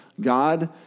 God